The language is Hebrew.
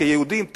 כיהודים,